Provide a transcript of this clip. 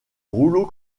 rouleau